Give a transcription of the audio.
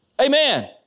Amen